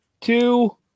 two